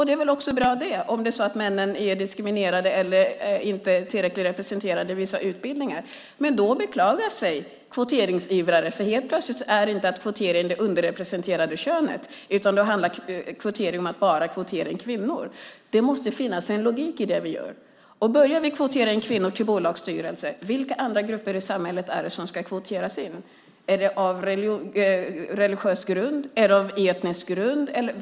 Det är väl bra det om männen är diskriminerade eller inte tillräckligt representerade i vissa utbildningar. Men då beklagar sig kvoteringsivrare. Helt plötsligt är det inte fråga om att kvotera in det underrepresenterade könet, utan då handlar kvotering om att kvotera in endast kvinnor. Det måste finnas en logik i det vi gör. Om vi börjar kvotera in kvinnor till bolagsstyrelser, till vilka andra grupper i samhället ska det kvoteras in? På religiös eller etnisk grund?